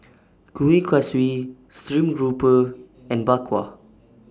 Kueh Kaswi Stream Grouper and Bak Kwa